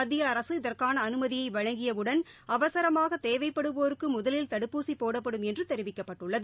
மத்திய அரசு இதற்கான அனுமதியை வழங்கியுடன் அவசரமாக தேவைப்படுவோருக்கு முதலில் தடுப்பூசி போடப்படும் என்று தெரிவிக்கப்பட்டுள்ளது